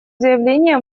заявления